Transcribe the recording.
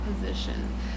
position